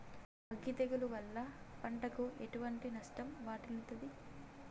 అగ్గి తెగులు వల్ల పంటకు ఎటువంటి నష్టం వాటిల్లుతది?